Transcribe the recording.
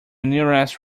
nearest